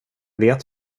vet